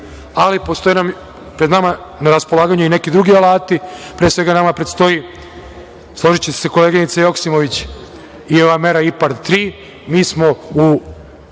ali postoje nam na raspolaganju i neki drugi alati. Pre svega, nama predstoji, složiće se koleginica Joksimović, i ova mera IPARD 3, mi smo u